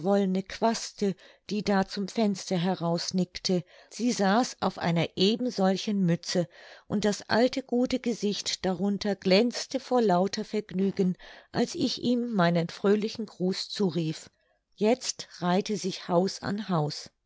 quaste die da zum fenster heraus nickte sie saß auf einer eben solchen mütze und das alte gute gesicht darunter glänzte vor lauter vergnügen als ich ihm meinen fröhlichen gruß zurief jetzt reihte sich haus an haus